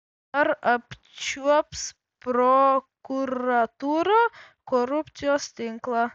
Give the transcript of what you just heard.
ar apčiuops prokuratūra korupcijos tinklą